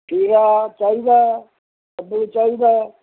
ਖੀਰਾ ਚਾਹੀਦਾ ਕੱਦੂ ਚਾਹੀਦਾ